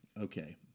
okay